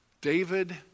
David